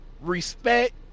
respect